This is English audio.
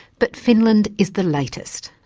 but finland is the latest.